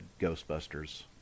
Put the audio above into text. Ghostbusters